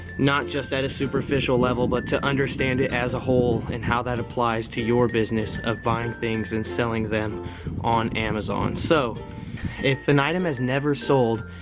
not just at a superficial level but to understand it as a whole and how that applies to your business of buying things and selling them on amazon. so if an item has never sold,